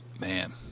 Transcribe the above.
Man